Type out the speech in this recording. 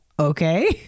okay